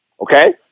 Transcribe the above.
Okay